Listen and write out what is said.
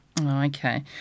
Okay